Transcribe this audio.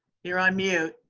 you're on mute,